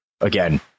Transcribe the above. again